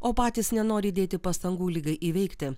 o patys nenori dėti pastangų ligai įveikti